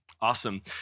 Awesome